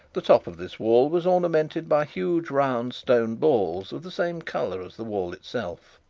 the top of this wall was ornamented by huge round stone balls of the same colour as the wall itself.